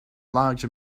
large